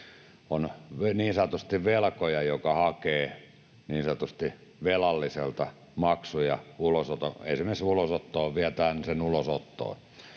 on niin sanotusti velkoja, joka hakee niin sanotusti velalliselta maksuja ja esimerkiksi vie sen ulosottoon.